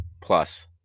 Plus